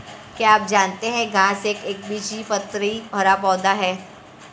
क्या आप जानते है घांस एक एकबीजपत्री हरा पौधा है?